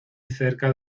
cerca